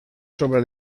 sobre